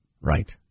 Right